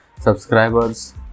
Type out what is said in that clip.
subscribers